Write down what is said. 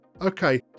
okay